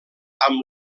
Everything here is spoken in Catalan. amb